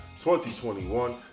2021